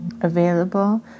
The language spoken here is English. available